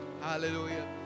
Hallelujah